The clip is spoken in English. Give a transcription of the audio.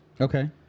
Okay